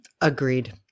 Agreed